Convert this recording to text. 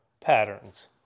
patterns